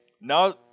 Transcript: Now